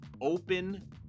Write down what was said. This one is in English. Open